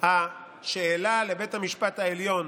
השאלה לבית המשפט העליון